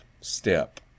step